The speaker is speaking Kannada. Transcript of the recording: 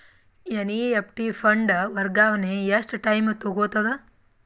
ಎನ್.ಇ.ಎಫ್.ಟಿ ಫಂಡ್ ವರ್ಗಾವಣೆ ಎಷ್ಟ ಟೈಮ್ ತೋಗೊತದ?